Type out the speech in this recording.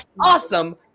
awesome